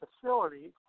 facility